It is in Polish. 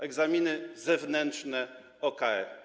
Egzaminy zewnętrzne OKE.